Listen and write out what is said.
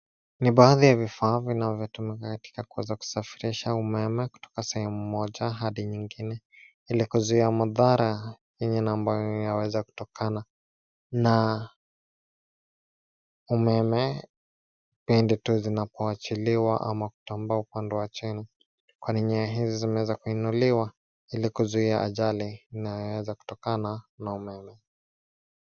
Ni baadhi ya vifaa vinavyotumika kwa kusafirisha umeme kutoka sehemu moja hadi nyingine ili kuzuia madhara na ambayo inaweza kutokana na umeme pindi unapoachiliwa kwenda upande wa chini zinaweza kuinuliwa kuzuia ajali inayoweza kutokana na umeme.